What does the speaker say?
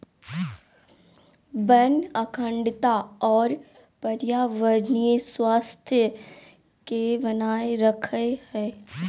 वन अखंडता और पर्यावरणीय स्वास्थ्य के बनाए रखैय हइ